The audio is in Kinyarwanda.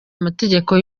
amategeko